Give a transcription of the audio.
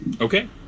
Okay